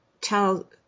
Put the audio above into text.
tell